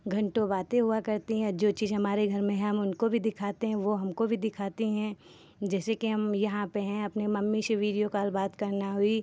घन्टों बातें हुआ करती हैं जो चीज़ हमारे घर में है हम उनको भी दिखाते हैं वह हमको भी दिखाते हैं जैसे कि हम यहाँ पर हैं अपने मम्मी से वीडियो कॉल बात करना हुई